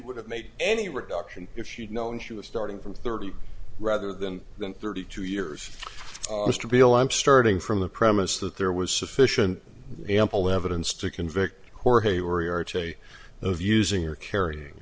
would have made any reduction if she'd known she was starting from thirty rather than than thirty two years mr bill i'm starting from the premise that there was sufficient ample evidence to convict jorge henri r j of using or carrying